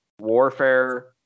Warfare